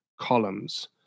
columns